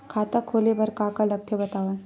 खाता खोले बार का का लगथे बतावव?